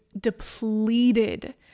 depleted